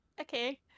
okay